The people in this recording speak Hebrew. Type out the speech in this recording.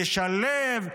לשלב.